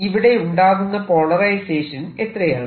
ഇവിടെയുണ്ടാകുന്ന polarisation എത്രയാണ്